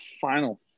final